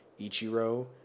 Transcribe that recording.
Ichiro